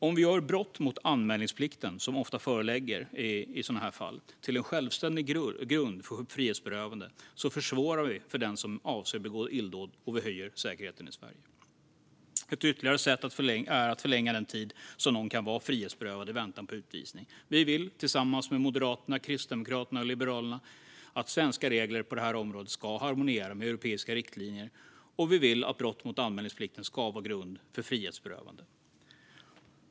Om vi gör brott mot anmälningsplikten, som ofta föreligger i sådana här fall, till en självständig grund för frihetsberövande försvårar vi för den som avser att begå illdåd, och vi höjer säkerheten i Sverige. Ett ytterligare sätt är att förlänga den tid som någon kan vara frihetsberövad i väntan på utvisning. Vi vill tillsammans med Moderaterna, Kristdemokraterna och Liberalerna att svenska regler på det här området ska harmoniera med europeiska riktlinjer, och vi vill att brott mot anmälningsplikten ska vara grund för frihetsberövande.